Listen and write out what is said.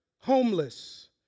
homeless